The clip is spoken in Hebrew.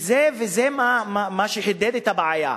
וזה מה שחידד את הבעיה.